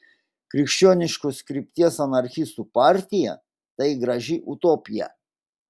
krikščioniškos krypties anarchistų partija tai graži utopija